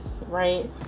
right